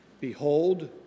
Behold